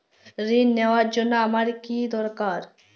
ঋণ নেওয়ার জন্য আমার কী দরকার?